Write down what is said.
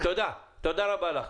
תודה רבה לך.